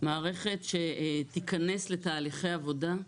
מערכת שתיכנס לתהליכי עבודה,